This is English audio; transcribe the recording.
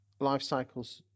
lifecycles